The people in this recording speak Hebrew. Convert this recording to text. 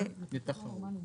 זה בסדר.